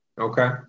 okay